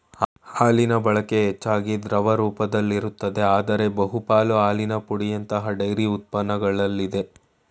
ಹಾಲಿನಬಳಕೆ ಹೆಚ್ಚಾಗಿ ದ್ರವ ರೂಪದಲ್ಲಿರುತ್ತದೆ ಆದ್ರೆ ಬಹುಪಾಲು ಹಾಲಿನ ಪುಡಿಯಂತಹ ಡೈರಿ ಉತ್ಪನ್ನಗಳಲ್ಲಿದೆ